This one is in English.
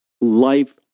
Life